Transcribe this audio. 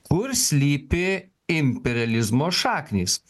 kur slypi imperializmo šaknys